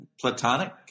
platonic